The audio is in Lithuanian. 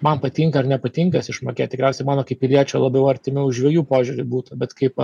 man patinka ar nepatinka jas išmokėt tikriausiai mano kaip piliečio labiau artimiau žvejų požiūriu būtų bet kaip